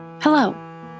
Hello